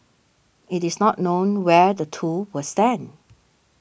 it is not known where the two will stand